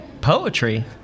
Poetry